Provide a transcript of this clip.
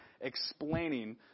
explaining